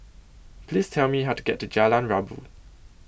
Please Tell Me How to get to Jalan Rabu